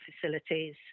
facilities